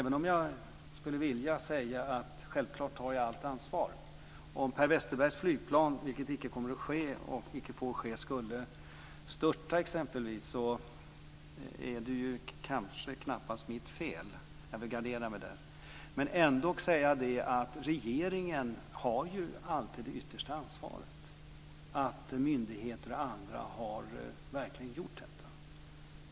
Jag skulle förstås vilja säga att jag självklart tar allt ansvar. Om Per Westerbergs flygplan - vilket icke får ske och icke kommer att ske - exempelvis skulle störta är det kanske knappast mitt fel. Jag vill gardera mig där. Men regeringen har ju alltid det yttersta ansvaret för att myndigheter och andra verkligen har gjort detta.